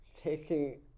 taking